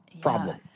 problem